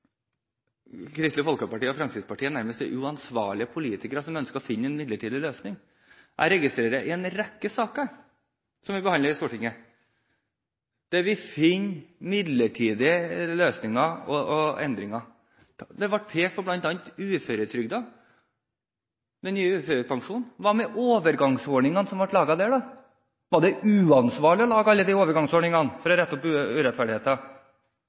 Kristelig Folkeparti og Fremskrittspartiet nærmest er uansvarlige politikere når man ønsker å finne en midlertidig løsning. Jeg registrerer en rekke saker som vi har behandlet i Stortinget, der vi har funnet midlertidige løsninger og endringer. Det var bl.a. pekt på uføretrygdede – den nye uførepensjonen. Hva med overgangsordningene som ble laget der? Var det uansvarlig å lage alle de overgangsordningene for å rette opp urettferdigheter?